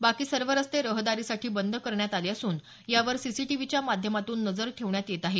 बाकी सर्व रस्ते रहदारीसाठी बंद करण्यात आले असून यावर सीसीटीव्हीच्या माध्यमातून नजर ठेवण्यात येत आहे